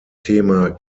thema